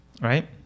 right